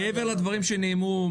מעבר לדברים שנאמרו,